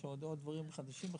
יש עוד דברים חדשים,